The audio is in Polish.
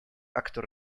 aktor